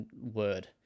word